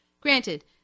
Granted